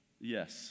Yes